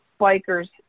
bikers